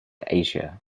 asia